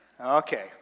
Okay